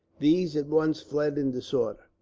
these at once fled in disorder.